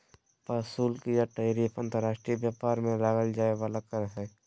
प्रशुल्क या टैरिफ अंतर्राष्ट्रीय व्यापार में लगल जाय वला कर हइ